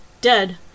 Dead